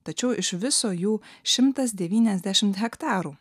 tačiau iš viso jų šimtas devyniasdešimt hektarų